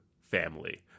family